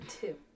two